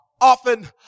often